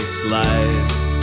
slice